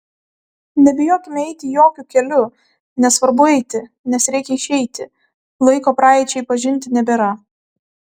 nebijokime eiti jokiu keliu nes svarbu eiti nes reikia išeiti laiko praeičiai pažinti nebėra